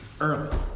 early